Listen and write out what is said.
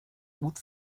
gut